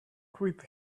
quit